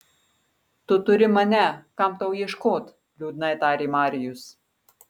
tu turi mane kam tau ieškot liūdnai tarė marijus